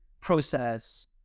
process